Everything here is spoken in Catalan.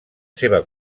seva